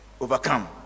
overcome